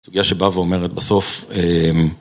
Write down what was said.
סוגיה שבאה ואומרת בסוף